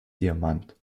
diamant